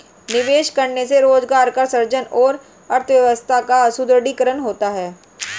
निवेश करने से रोजगार का सृजन और अर्थव्यवस्था का सुदृढ़ीकरण होता है